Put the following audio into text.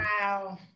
wow